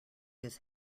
his